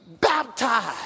baptized